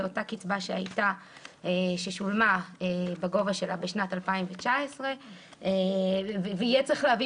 לאותה קצבה ששולמה בשנת 2019 ויהיה צריך להביא